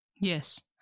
Yes